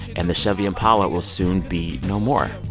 and the chevy impala will soon be no more.